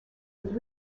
with